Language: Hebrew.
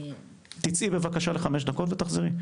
תצאי בבקשה לחמש דקות ותחזרי.